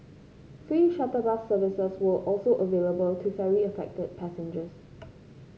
free shuttle bus services were also available to ferry affected passengers